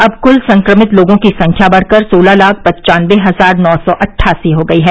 अब क्ल संक्रमित लोगों की संख्या बढ़ कर सोलह लाख पन्चानबे हजार नौ सौ अटठासी हो गई है